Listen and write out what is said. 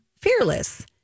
Fearless